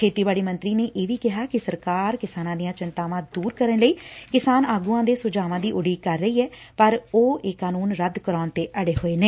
ਖੇਤੀਬਾਤੀ ਮੌਤਰੀ ਨੇ ਇਹ ਵੀ ਕਿਹਾ ਕਿ ਸਰਕਾਰ ਕਿਸਾਨਾਂ ਦੀਆਂ ਚਿੰਤਾਵਾਂ ਦੁਰ ਕਰਨ ਲਈ ਕਿਸਾਨ ਆਗੁਆਂ ਦੇ ਸੁਝਾਵਾਂ ਦੀ ਉਡੀਕ ਕਰ ਰਹੀ ਐ ਪਰ ਉਹ ਇਹ ਕਾਨੁੰਨ ਰੱਦ ਕਰਾਉਣ ਤੇ ਅੜੇ ਹੋਏ ਨੇ